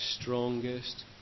strongest